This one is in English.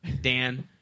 Dan